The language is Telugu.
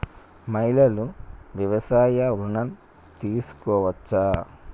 మహిళలు వ్యవసాయ ఋణం తీసుకోవచ్చా?